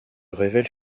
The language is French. révèle